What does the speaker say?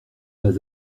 pas